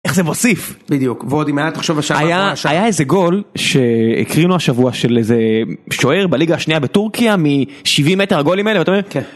איך זה מוסיף בדיוק ועוד אם היה תחשוב... היה איזה גול שהקרינו השבוע של איזה שוער בליגה השנייה בטורקיה מ-70 מטר הגולים האלה ואתה אומר... כן